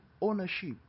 ownership